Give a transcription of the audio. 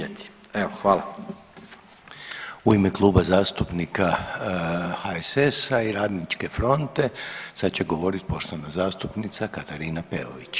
U ime Kluba zastupnika HSS-a i Radničke fronte sada će govoriti poštovana zastupnica Katarina Peović.